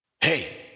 Hey